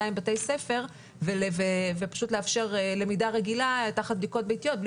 בתי ספר ופשוט לאפשר למידה רגילה תחת בדיקות ביתיות בלי